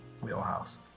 wheelhouse